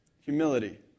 Humility